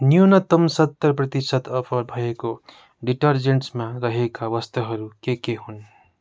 न्यूनतम सत्तर प्रतिसत अफर भएको डिटरजेन्ट्समा रहेका वस्तुहरू के के हुन्